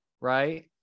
right